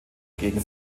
gegen